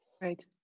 Right